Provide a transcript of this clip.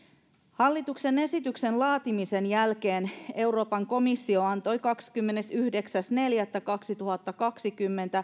hallituksen esityksen laatimisen jälkeen euroopan komissio antoi kahdeskymmenesyhdeksäs neljättä kaksituhattakaksikymmentä